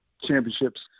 championships